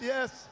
Yes